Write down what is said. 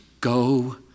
Go